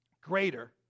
greater